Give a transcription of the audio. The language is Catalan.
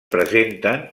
presenten